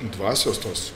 dvasios tos